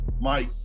Mike